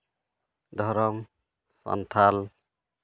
ᱫᱷᱚᱨᱚᱢ ᱥᱟᱱᱛᱟᱲ